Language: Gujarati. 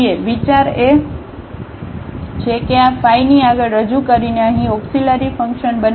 વિચાર એ છે કે આ phi ની આગળ રજૂ કરીને અહીં ઓક્સીલરી ફંકશન બનાવવું